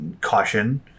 caution